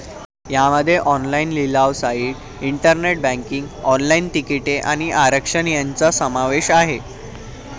यामध्ये ऑनलाइन लिलाव site, internet banking, online तिकिटे आणि आरक्षण यांचा समावेश आहे